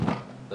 זה